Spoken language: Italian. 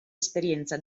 esperienza